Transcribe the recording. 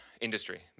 industry